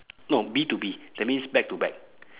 no B to B that means back to back